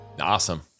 Awesome